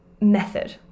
method